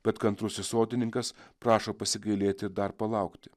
bet kantrusis sodininkas prašo pasigailėti dar palaukti